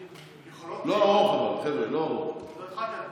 לא ארוך אבל, חבר'ה.